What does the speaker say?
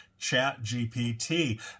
ChatGPT